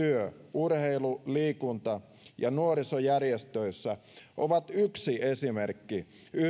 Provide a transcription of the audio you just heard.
urheilu liikunta ja nuorisojärjestöissä on yksi esimerkki